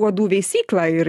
uodų veisyklą ir